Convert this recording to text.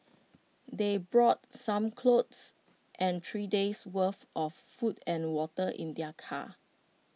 they brought some clothes and three days worth of food and water in their car